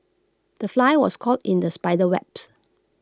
the fly was caught in the spider's webs